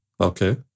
Okay